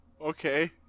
okay